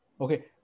okay